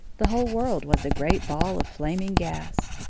the whole world was a great ball of flaming gas.